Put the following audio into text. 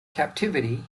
captivity